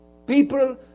People